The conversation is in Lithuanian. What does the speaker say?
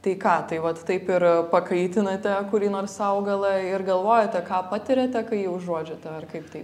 tai ką tai vat taip ir pakaitinate kurį nors augalą ir galvojate ką patiriate kai jį užuodžiate ar kaip tai